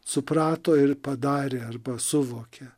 suprato ir padarė arba suvokė